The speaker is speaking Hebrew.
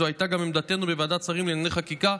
זו הייתה גם עמדתנו בוועדת שרים לענייני חקיקה,